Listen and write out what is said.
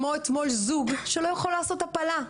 כמו אתמול זוג שלא יכול לעשות הפלה,